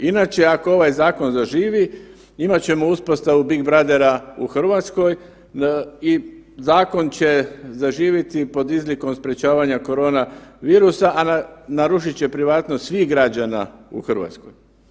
Inače, ako ovaj zakon zaživi, imat ćemo uspostavu „Big Brothera“ u Hrvatskoj i zakon će zaživjeti pod izlikom sprječavanja koronavirusa, a narušit će privatnost svih građana u Hrvatskoj.